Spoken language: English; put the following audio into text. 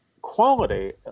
Quality